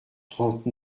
trente